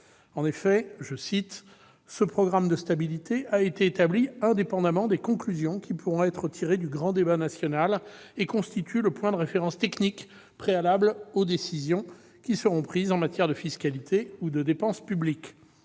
En effet, je cite, « le programme de stabilité a été établi indépendamment des conclusions qui pourront être tirées du grand débat national et constitue le point de référence technique » préalable aux décisions qui seront prises en matière de fiscalité ou de dépense publique.